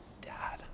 dad